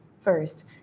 First